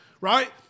right